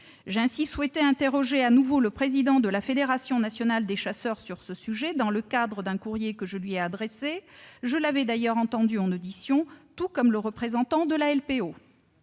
J'ai ainsi souhaité interroger de nouveau le président de la Fédération nationale des chasseurs sur ce sujet dans le cadre d'un courrier que je lui ai adressé. Je l'avais d'ailleurs entendu en audition, tout comme le représentant de la Ligue